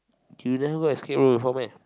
you never go escape room before meh